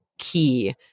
key